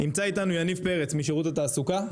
נמצא איתנו יניב פרץ משרות התעסוקה.